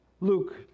Luke